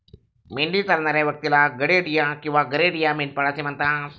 मेंढी चरणाऱ्या व्यक्तीला गडेडिया किंवा गरेडिया, मेंढपाळ म्हणतात